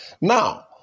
Now